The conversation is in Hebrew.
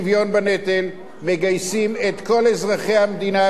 מגייסים את כל אזרחי המדינה בגיל 18,